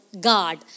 God